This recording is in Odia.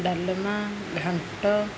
ଡାଲମା ଘାଣ୍ଟ